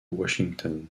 washington